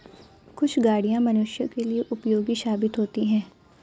कुछ गाड़ियां मनुष्यों के लिए उपयोगी साबित होती हैं